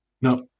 no